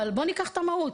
בואו ניקח את המהות.